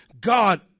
God